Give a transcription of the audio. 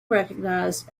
recognised